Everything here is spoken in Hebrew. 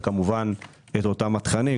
וכמובן אותם התכנים,